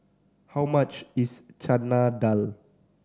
how much is Chana Dal